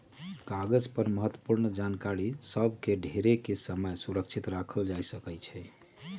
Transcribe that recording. कागज पर महत्वपूर्ण जानकारि सभ के ढेरेके समय तक सुरक्षित राखल जा सकै छइ